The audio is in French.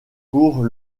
pour